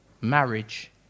Marriage